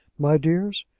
my dears,